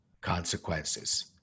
consequences